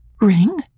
Ring